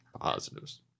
Positives